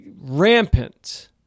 rampant